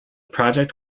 project